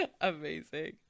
amazing